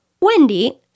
Wendy